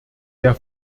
der